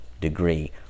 degree